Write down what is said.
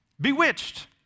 Bewitched